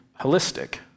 holistic